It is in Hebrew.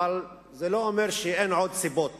אבל זה לא אומר שאין עוד סיבות